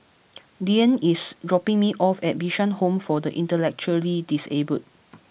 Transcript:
Dyan is dropping me off at Bishan Home for the Intellectually Disabled